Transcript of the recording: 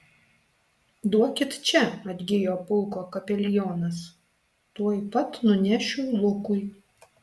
duokit čia atgijo pulko kapelionas tuoj pat nunešiu lukui